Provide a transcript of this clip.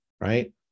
right